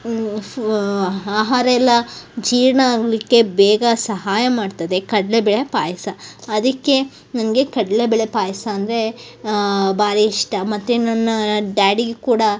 Pooh ಆಹಾರಯೆಲ್ಲ ಜೀರ್ಣ ಆಗಲಿಕ್ಕೆ ಬೇಗ ಸಹಾಯ ಮಾಡ್ತದೆ ಕಡ್ಲೆಬೇಳೆ ಪಾಯಸ ಅದಕ್ಕೆ ನನಗೆ ಕಡ್ಲೆಬೇಳೆ ಪಾಯಸ ಅಂದರೆ ಭಾರಿ ಇಷ್ಟ ಮತ್ತು ನನ್ನ ಡ್ಯಾಡಿಗೂ ಕೂಡ